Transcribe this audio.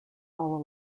all